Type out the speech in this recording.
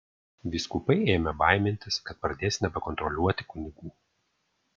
vyskupai ėmė baimintis kad pradės nebekontroliuoti kunigų